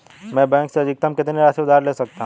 मैं बैंक से अधिकतम कितनी राशि उधार ले सकता हूँ?